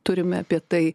turime apie tai